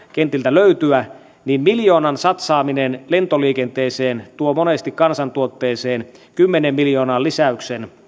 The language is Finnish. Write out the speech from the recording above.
löytyä niin miljoonan satsaaminen lentoliikenteeseen tuo monesti kansantuotteeseen kymmenen miljoonan lisäyksen